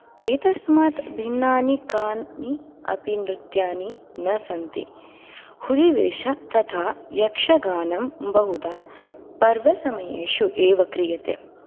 एतस्मात् भिन्नानि कानि अपि नृत्यानि न सन्ति हुलिवेष तथा यक्षगानं बहुधा पर्वसमयेषु एव क्रीयते